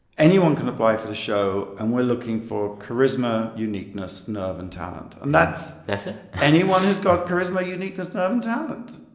anyone can apply for the show. and we're looking for charisma, uniqueness, nerve and talent. and that's. that's it anyone who's got charisma, uniqueness, nerve and talent,